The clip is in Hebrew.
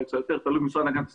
תלוי במשרד להגנת הסביבה,